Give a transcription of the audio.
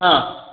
ह